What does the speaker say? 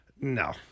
No